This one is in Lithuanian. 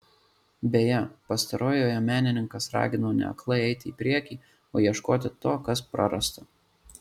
beje pastarojoje menininkas ragino ne aklai eiti į priekį o ieškoti to kas prarasta